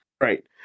right